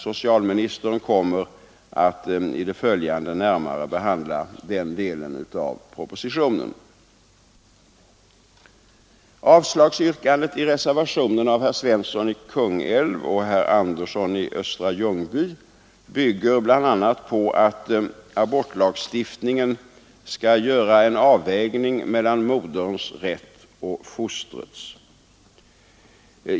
Socialministern kommer i det följande att närmare behandla den delen av propositionen. Avslagsyrkandet i reservationen av herr Svensson i Kungälv och herr Andreasson i Östra Ljungby bygger bl.a. på att abortlagstiftningen skall göra en avvägning mellan moderns rätt och fostrets.